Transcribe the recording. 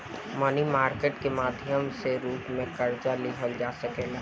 मनी market के माध्यम से कमर्शियल पेपर के रूप में कर्जा लिहल जा सकेला